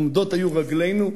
עומדות היו רגלינו.